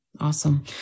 awesome